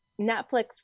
Netflix